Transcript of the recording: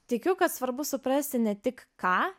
tikiu kad svarbu suprasti ne tik ką